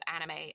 anime